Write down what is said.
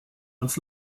ans